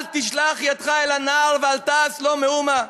"אל תשלח ידך אל הנער ואל תעש לו מאומה".